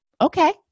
Okay